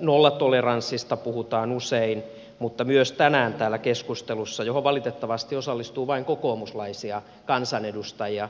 nollatoleranssista puhutaan usein mutta myös tänään täällä keskustelussa johon valitettavasti osallistuu vain kokoomuslaisia kansanedustajia